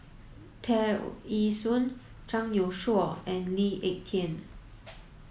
Tear Ee Soon Zhang Youshuo and Lee Ek Tieng